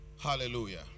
Hallelujah